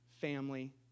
family